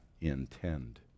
intend